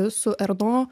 su erno